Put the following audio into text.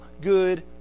good